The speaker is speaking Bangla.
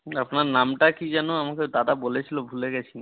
আপনার নামটা কী যেন আপনাকে দাদা বলেছিল ভুলে গেছি